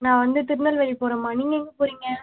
நான் வந்து திருநெல்வேலி போகிறேன்மா நீங்கள் எங்கே போகிறீங்க